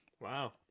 Wow